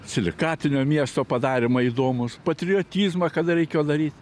silikatinio miesto padarymai įdomūs patriotizmą kada reikėjo daryt